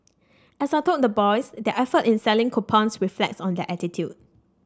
as I told the boys their effort in selling coupons reflects on their attitude